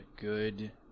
good